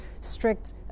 strict